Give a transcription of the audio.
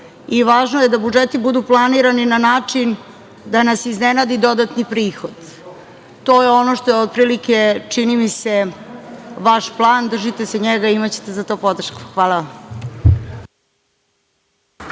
i važno je da budžeti budu planirani na način da nas iznenadi dodatni prihod. To je ono što je otprilike čini mi se vaš plan, držite se njega i imaćete za to podršku. Hvala vam.